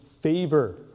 favor